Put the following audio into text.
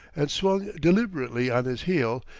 and swung deliberately on his heel,